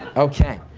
okay.